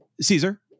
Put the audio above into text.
Caesar